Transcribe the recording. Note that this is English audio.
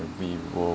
we will